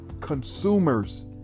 consumers